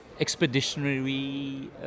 expeditionary